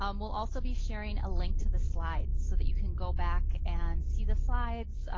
um we'll also be sharing a link to the slides so that you can go back and see the slides.